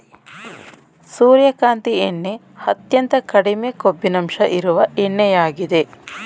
ಸೂರ್ಯಕಾಂತಿ ಎಣ್ಣೆ ಅತ್ಯಂತ ಕಡಿಮೆ ಕೊಬ್ಬಿನಂಶ ಇರುವ ಎಣ್ಣೆಯಾಗಿದೆ